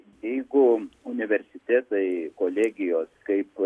jeigu universitetai kolegijos kaip